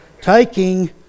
taking